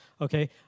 Okay